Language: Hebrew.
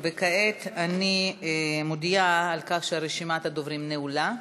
כעת אני מודיעה שרשימת הדוברים נעולה.